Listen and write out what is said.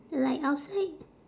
like outside